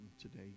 today